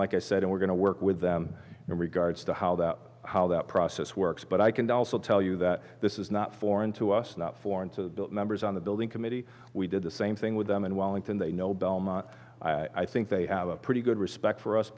like i said and we're going to work with them in regards to how that how that process works but i can dolls will tell you that this is not foreign to us not foreign to members on the building committee we did the same thing with them in wellington they know belmont i think they have a pretty good respect for us